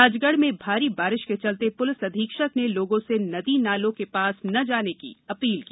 राजगढ़ में भारी बारिश के चलते प्लिस अधीक्षक ने लोगों से नदी नालों के पास न जाने की अपील की